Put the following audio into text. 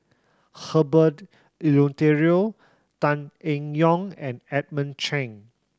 Herbert Eleuterio Tan Eng Yoon and Edmund Cheng